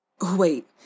Wait